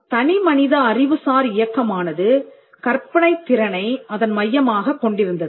தனிமனித அறிவுசார் இயக்கமானது கற்பனைத் திறனை அதன் மையமாகக் கொண்டிருந்தது